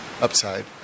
upside